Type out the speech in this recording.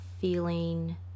feeling